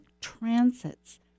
transits